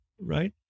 right